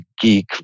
geek